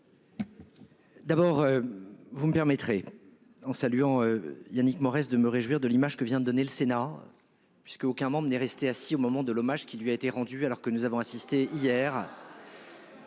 D'abord. Vous me permettrez en saluant Yannick Morez de me réjouir de l'image que vient donner le Sénat. Puisqu'aucun membre des rester assis au moment de l'hommage qui lui a été rendu alors que nous avons assisté hier.